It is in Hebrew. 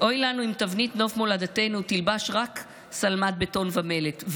אוי לנו אם תבנית נוף מולדתנו תלבש רק שלמת בטון ומלט,